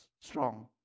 strong